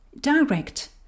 direct